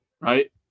right